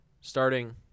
starting